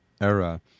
era